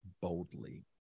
boldly